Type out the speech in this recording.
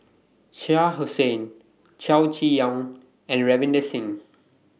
Shah Hussain Chow Chee Yong and Ravinder Singh